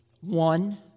One